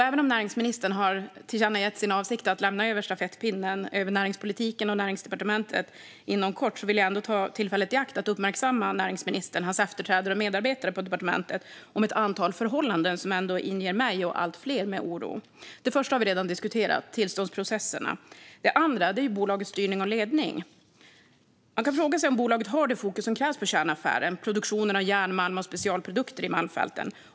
Även om näringsministern har tillkännagett sin avsikt att inom kort lämna över stafettpinnen för näringspolitiken och Näringsdepartementet vill jag ändå ta tillfället i akt och uppmärksamma näringsministern, hans efterträdare och medarbetare på departementet på ett antal förhållanden som ändå inger mig och allt fler oro. Det första har vi redan diskuterat, nämligen tillståndsprocesserna. Det andra är bolagets styrning och ledning. Man kan fråga sig om bolaget har det fokus som krävs på kärnaffären, produktionen av järnmalm och specialprodukter i Malmfälten.